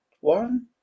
one